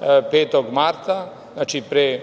5. marta, znači pre